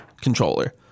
controller